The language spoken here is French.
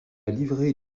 livrée